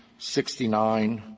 sixty nine,